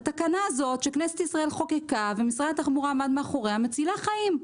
התקנה הזאת שכנסת ישראל חוקקה ומשרד התחבורה עמד מאחוריה מצילה חיים.